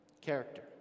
Character